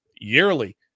yearly